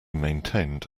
maintained